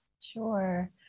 Sure